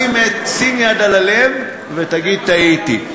שים יד על הלב ותגיד: טעיתי.